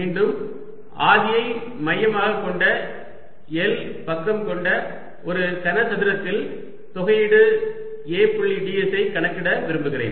மீண்டும் ஆதியை மையமாகக் கொண்ட L பக்கம் கொண்ட ஒரு கனசதுரத்தில் தொகையீடு A புள்ளி ds ஐ கணக்கிட விரும்புகிறேன்